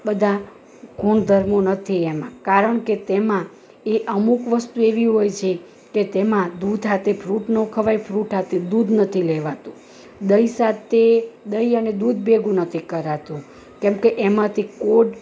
બધા ગુણધર્મો નથી એમાં કારણ કે તેમાં એ અમુક વસ્તુ એવી હોય છે કે તેમાં દૂધ સાથે ફ્રૂટ ના ખવાય ફ્રૂટ સાથે દૂધ નથી લેવાતું દહીં સાથે દહીં અને દૂધ ભેગું નથી કરાતું કેમ કે એમાંથી કોઢ